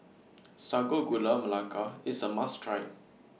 Sago Gula Melaka IS A must Try